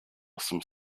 some